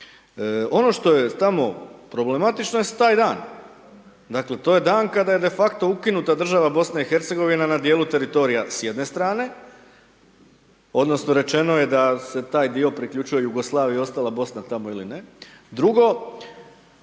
Ono što je tamo problematično je taj dan, dakle to je dan kada je de facto ukinuta država BiH na dijelu teritorija s jedne strane, odnosno rečeno je da se taj dio priključuje Jugoslaviji ostala tamo Bosna ili ne. Drugo,